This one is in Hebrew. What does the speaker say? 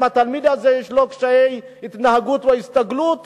אם לתלמיד הזה יש קשיי התנהגות או הסתגלות